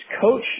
coach